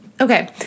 Okay